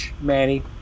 Manny